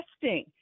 testing